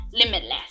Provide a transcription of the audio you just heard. limitless